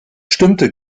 stimmte